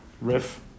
riff